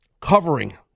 covering